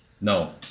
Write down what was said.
no